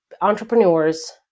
entrepreneurs